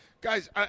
guys